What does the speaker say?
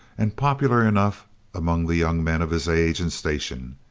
and popular enough among the young men of his age and station.